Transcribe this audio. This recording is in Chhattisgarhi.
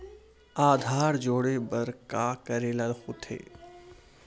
आधार जोड़े बर का करे ला होथे?